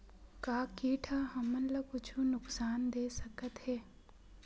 का कीट ह हमन ला कुछु नुकसान दे सकत हे?